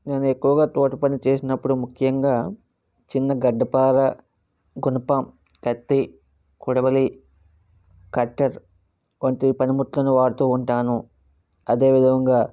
నేను ఎక్కువుగా తోట పని చేసినప్పుడు ముఖ్యంగా చిన్న గడ్డపార గునపం కత్తి కొడవలి కట్టర్ వంటి పని ముట్లను వాడుతూ ఉంటాను అదే విధంగా